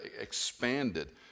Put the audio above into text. expanded